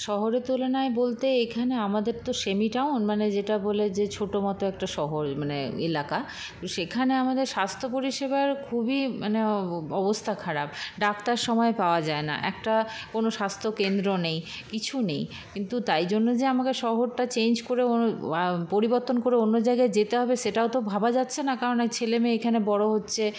শহরের তুলনায় বলতে এখানে আমাদের তো সেমি টাউন মানে যেটা বলে যে ছোটো মতো একটা শহর মানে এলাকা সেখানে আমাদের স্বাস্থ্য পরিষেবার খুবই মানে অবস্থা খারাপ ডাক্তার সময়ে পাওয়া যায় না একটা কোনো স্বাস্থ্যকেন্দ্র নেই কিছু নেই কিন্তু তাই জন্য যে আমাকে শহরটা চেঞ্জ করে পরিবর্তন করে অন্য জায়গায় যেতে হবে সেটাও তো ভাবা যাচ্ছে না কারণ ছেলে মেয়ে এখানে বড়ো হচ্ছে